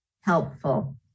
helpful